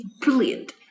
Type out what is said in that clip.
brilliant